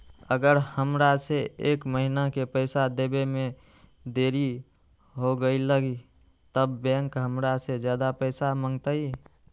अगर हमरा से एक महीना के पैसा देवे में देरी होगलइ तब बैंक हमरा से ज्यादा पैसा मंगतइ?